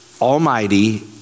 Almighty